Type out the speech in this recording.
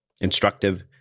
instructive